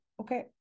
Okay